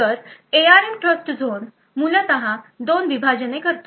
तर ARM TrustZone मूलत दोन विभाजने तयार करतो